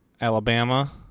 Alabama